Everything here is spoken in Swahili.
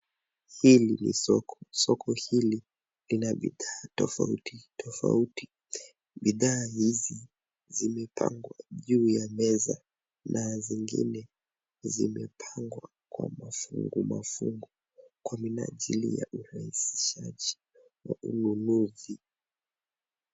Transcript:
Hii ni soko, soko hili lina bidhaa tofauti tofauti, bidhaa hizi zimepangwa juu ya meza na zingine zimepangwa kwa mafungu kwa minajili ya urahisishaji wa ununuzi.